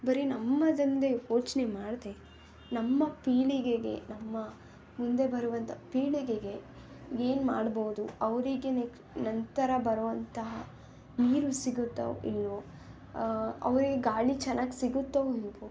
ಬರೀ ನಮ್ಮದೊಂದೇ ಯೋಚನೆ ಮಾಡದೆ ನಮ್ಮ ಪೀಳಿಗೆಗೆ ನಮ್ಮ ಮುಂದೆ ಬರುವಂಥ ಪೀಳಿಗೆಗೆ ಏನು ಮಾಡ್ಬೌದು ಅವ್ರಿಗೆ ನಂತರ ಬರುವಂತಹ ನೀರು ಸಿಗುತ್ತೋ ಇಲ್ಲವೋ ಅವ್ರಿಗೆ ಗಾಳಿ ಚೆನ್ನಾಗ್ ಸಿಗುತ್ತೋ ಇಲ್ಲವೋ